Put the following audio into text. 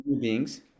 beings